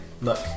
look